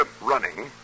running